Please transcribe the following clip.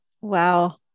wow